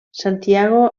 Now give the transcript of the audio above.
santiago